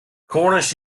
cornish